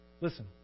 listen